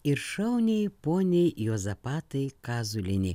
ir šauniai poniai juozapatai kazulienei